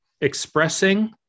expressing